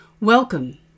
Welcome